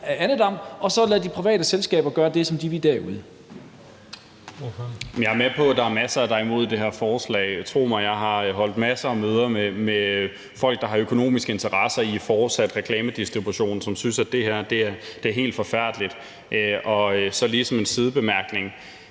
Juhl): Ordføreren. Kl. 21:02 Carl Valentin (SF): Jeg er med på, at der er masser, der er imod det her forslag. Tro mig, jeg har holdt en masse møder med folk, der har økonomiske interesser i fortsat reklamedistribution, som synes, at det her er helt forfærdeligt. Så lige som en sidebemærkning: